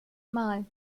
mal